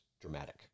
dramatic